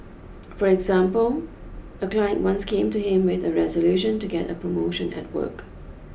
for example a client once came to him with a resolution to get a promotion at work